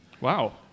Wow